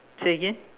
say again